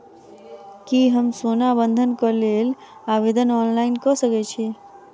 की हम सोना बंधन कऽ लेल आवेदन ऑनलाइन कऽ सकै छी?